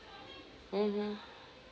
mmhmm